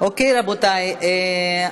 אין מתנגדים, אין נמנעים.